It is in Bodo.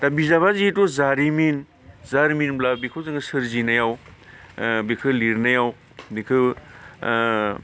दा बिजाबा जिहेतु जारिमिन जारिमिनब्ला बेखौ जोङो सोरजिनायाव बेखो लिरनायाव बेखौ